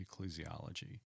ecclesiology